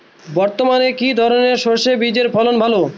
বর্তমানে কি ধরনের সরষে বীজের ফলন ভালো?